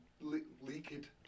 leaked